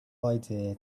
idea